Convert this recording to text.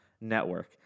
network